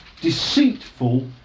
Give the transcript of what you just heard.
deceitful